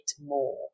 more